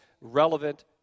relevant